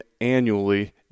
annually